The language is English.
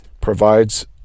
provides